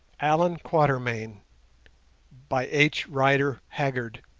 allan quatermain by h. rider haggard